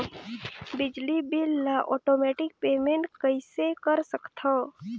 बिजली बिल ल automatic payment कइसे कर सकथव?